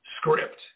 script